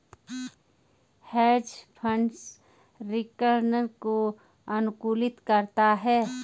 hedge fund return को अनुकूलित करता है